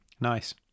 Nice